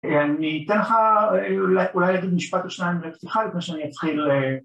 אני אתן לך אולי להגיד משפט או שניים בעצמך לפני שאני אתחיל ל...